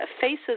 faces